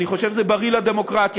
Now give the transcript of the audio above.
אני חושב שזה בריא לדמוקרטיה.